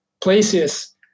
places